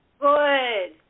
Good